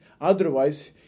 Otherwise